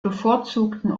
bevorzugten